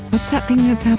what's happening? it's and